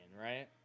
right